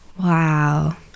wow